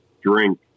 drink